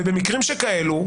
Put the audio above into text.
במקרים כאלה,